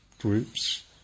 groups